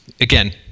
again